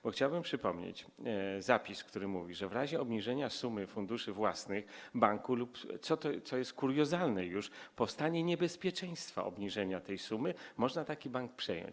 Bo chciałbym przypomnieć zapis, który mówi, że w razie obniżenia sumy funduszy własnych banku lub - co jest już kuriozalne - powstania niebezpieczeństwa obniżenia tej sumy można taki bank przejąć.